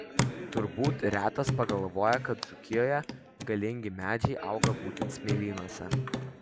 turbūt retas pagalvoja kad dzūkijoje galingi medžiai auga būtent smėlynuose